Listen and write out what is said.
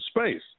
space